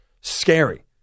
scary